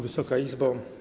Wysoka Izbo!